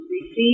receive